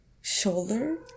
Shoulder